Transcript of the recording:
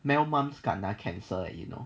mel mum's kena cancer you know